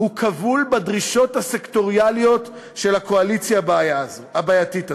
הוא כבול בדרישות הסקטוריאליות של הקואליציה הבעייתית הזאת.